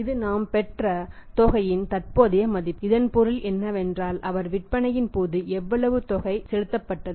இது நாம் பெற்ற தொகையின் தற்போதைய மதிப்பு இதன் பொருள் என்னவென்றால் அவர் விற்பனையின் போது எவ்வளவு தொகை செலுத்தப்பட்டது